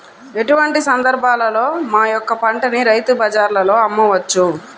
ఎటువంటి సందర్బాలలో మా యొక్క పంటని రైతు బజార్లలో అమ్మవచ్చు?